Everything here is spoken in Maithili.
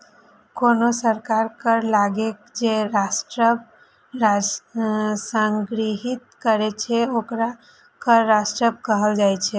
कोनो सरकार कर लगाके जे राजस्व संग्रहीत करै छै, ओकरा कर राजस्व कहल जाइ छै